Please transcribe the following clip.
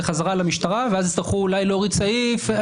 חזרה למשטרה ואז יצטרכו אולי להוריד סעיף.